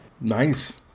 Nice